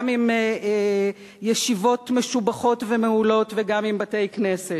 גם עם ישיבות משובחות ומעולות, וגם עם בתי-כנסת.